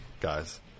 guys